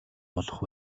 болох